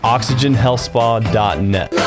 OxygenHealthSpa.net